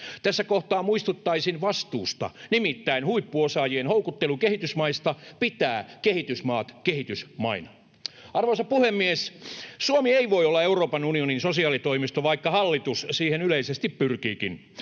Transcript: Tässä kohtaa muistuttaisin vastuusta, nimittäin huippuosaajien houkuttelu kehitysmaista pitää kehitysmaat kehitysmaina. Arvoisa puhemies! Suomi ei voi olla Euroopan unionin sosiaalitoimisto, vaikka hallitus siihen yleisesti pyrkiikin.